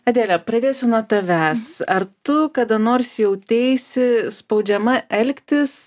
adele pradėsiu nuo tavęs ar tu kada nors jauteisi spaudžiama elgtis